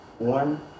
one